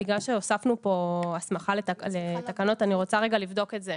בגלל שהוספנו פה הסמכה לתקנות אני רוצה רגע לבדוק את זה.